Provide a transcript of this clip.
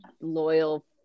loyal